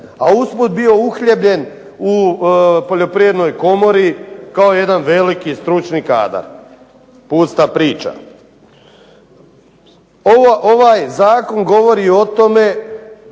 A usput bio uhljebljen u poljoprivrednoj komori kao jedan veliki stručni kadar. Pusta priča. Ovaj zakon govori o tome